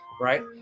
right